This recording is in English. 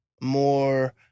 more